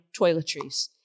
toiletries